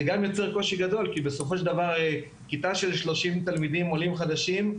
זה גם יוצר קושי גדול כי בסופו של דבר כיתה של 30 תלמידים עולים חדשים,